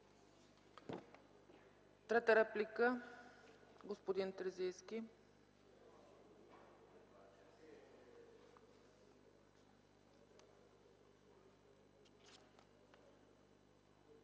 Трета реплика – господин Терзийски.